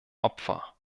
opfer